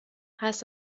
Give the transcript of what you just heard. heißt